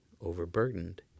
overburdened